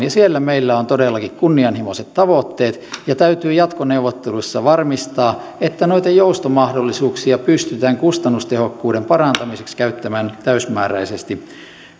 on siellä meillä on todellakin kunnianhimoiset tavoitteet ja täytyy jatkoneuvotteluissa varmistaa että noita joustomahdollisuuksia pystytään kustannustehokkuuden parantamiseksi käyttämään täysimääräisesti